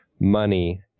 money